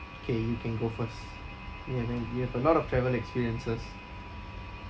K you can go first you have any you have a lot of travel experiences